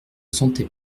sentait